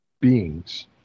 beings